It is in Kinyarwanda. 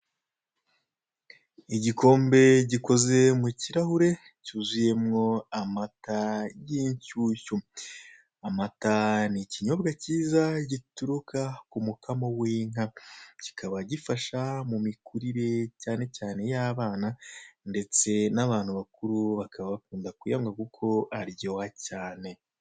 Igikombe gikoze mu kirahure cyuzuyemo amata y'inshushyu. Amata ni ikinyobwa kiza gituruka ku mukamo w'inka kikaba gifasha mu mikurire, cyane cyane y'abana ndetse, n'abantu bakuru bakaba bakunda kuyanywa kuko aryoha cyane.